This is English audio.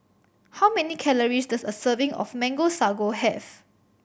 how many calories does a serving of Mango Sago have